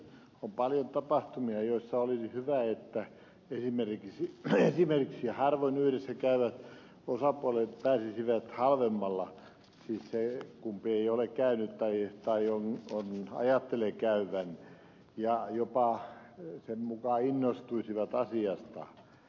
on paljon tapahtumia joissa olisi hyvä että esimerkiksi harvoin yhdessä käyvät osapuolet pääsisivät halvemmalla siis se kumpi ei ole käynyt tai ajattelee käyvän ja jopa sen mukaan innostuisivat asiasta